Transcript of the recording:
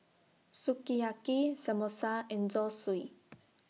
Sukiyaki Samosa and Zosui